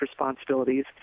responsibilities